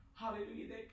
Hallelujah